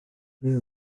ble